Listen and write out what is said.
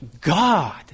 God